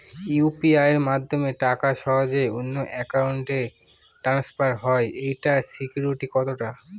UPI মাধ্যমে টাকা সহজেই অন্যের অ্যাকাউন্ট ই ট্রান্সফার হয় এইটার সিকিউর কত টা?